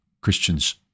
Christians